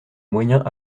moyens